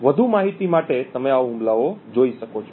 વધુ માહિતી તમે આ હુમલાઓ જોઈ શકો છો